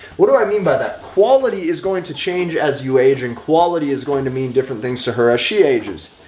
what do i mean by that quality is going to change as you age and quality is going to mean different things to her as she ages.